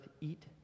eat